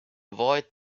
avoid